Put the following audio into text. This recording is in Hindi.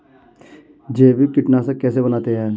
जैविक कीटनाशक कैसे बनाते हैं?